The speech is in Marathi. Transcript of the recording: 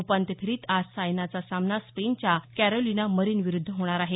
उपान्त्य फेरीत आज सायनाचा सामना स्पेनच्या कॅरोलिना मरीन विरुद्ध होणार आहे